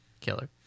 killer